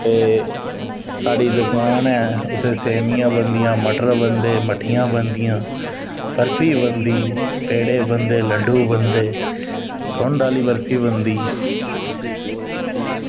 ते साढ़ी दकान ऐ उत्थै सेवियां बनदियां मटर बनदे मट्ठियां बनदियां बर्फी बनदी पेड़े बनदे लड्डू बनदे सुंढ आह्ली बर्फी बनदी